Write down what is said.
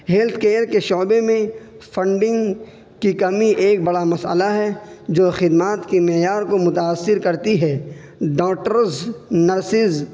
health care کے شعبے میں فنڈنگ کی کمی ایک بڑا مسئلہ ہے جو خدمات کے معیار کو متاثر کرتی ہے ڈاکٹرز نرسز